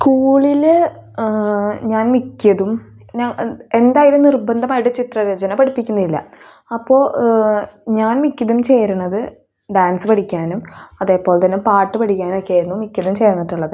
സ്കൂളിൽ ഞാൻ മിക്കതും എന്തായാലും നിർബന്ധമായിട്ട് ചിത്രരചന പഠിപ്പിക്കുന്നില്ല അപ്പോൾ ഞാൻ മിക്കതും ചേരുന്നത് ഡാൻസ് പഠിക്കാനും അതേപോലെ തന്നെ പാട്ട് പഠിക്കാനും ഒക്കെ ആയിരുന്നു മിക്കതും ചേർന്നിട്ടുള്ളത്